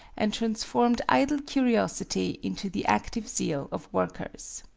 and transformed idle curiosity into the active zeal of workers.